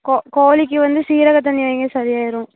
கோ கோழிக்கு வந்து சீரக தண்ணி வைங்க சரியாகிரும்